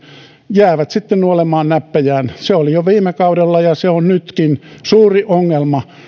jäävät nuolemaan näppejään niin oli jo viime kaudella ja se on nytkin suuri ongelma